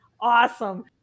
awesome